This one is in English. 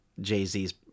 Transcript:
jay-z's